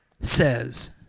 says